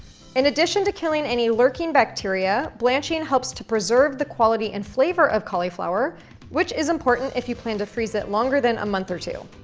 in addition to killing any lurking bacteria, blanching helps to preserve the quality and flavor of cauliflower which is important if you plan to freeze it longer than a month or two.